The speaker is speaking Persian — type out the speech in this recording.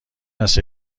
است